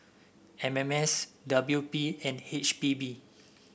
M M S W P and H P B